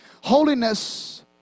holiness